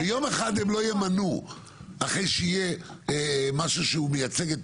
יום אחד הם לא ימנו אחרי שיהיה משהו שהוא מייצג את